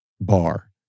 bar